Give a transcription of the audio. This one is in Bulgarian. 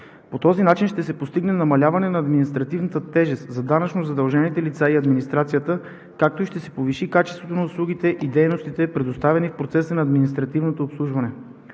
По този начин ще се постигне намаляване на административната тежест за данъчно задължените лица и администрацията, както и ще се повиши качеството на услугите и дейностите, предоставяни в процеса на административното обслужване.